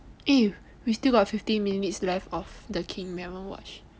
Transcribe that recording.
eh we still got fifteen minutes left of the king we never watch